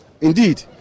Indeed